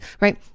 right